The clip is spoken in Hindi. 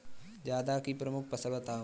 जायद की प्रमुख फसल बताओ